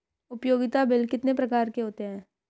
उपयोगिता बिल कितने प्रकार के होते हैं?